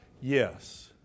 Yes